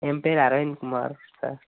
என் பேர் அரவிந்த் குமார் சார்